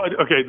okay